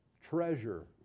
treasure